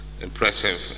impressive